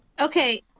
Okay